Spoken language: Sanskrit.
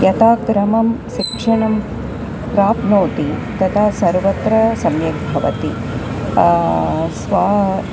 यथाक्रमं शिक्षणं प्राप्नुवन्ति तदा सर्वत्र सम्यक् भवन्ति स्वा